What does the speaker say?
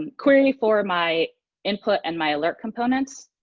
and query for my input and my alert components,